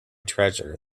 treasure